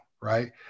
right